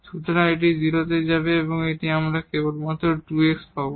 সুতরাং এটি 0 তে যাবে এবং আমরা মাত্র 2 x পাব